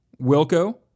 Wilco